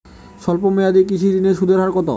স্বল্প মেয়াদী কৃষি ঋণের সুদের হার কত?